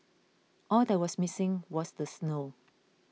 all that was missing was the snow